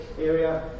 area